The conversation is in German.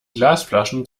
glasflaschen